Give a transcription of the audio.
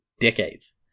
decades